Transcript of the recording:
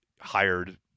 hired